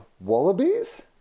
wallabies